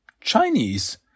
Chinese